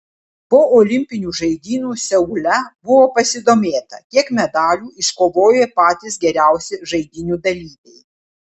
po olimpinių žaidynių seule buvo pasidomėta kiek medalių iškovojo patys geriausi žaidynių dalyviai